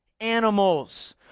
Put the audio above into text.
Animals